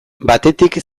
batetik